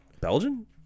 Belgian